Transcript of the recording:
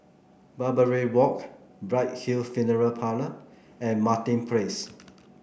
Barbary Walk Bright Hill Funeral Parlour and Martin Place